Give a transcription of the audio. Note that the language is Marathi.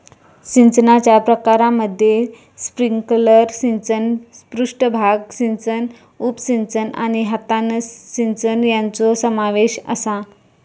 सिंचनाच्या प्रकारांमध्ये स्प्रिंकलर सिंचन, पृष्ठभाग सिंचन, उपसिंचन आणि हातान सिंचन यांचो समावेश आसा